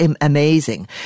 amazing